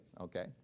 Okay